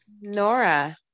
Nora